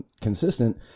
consistent